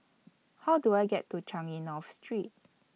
How Do I get to Changi North Street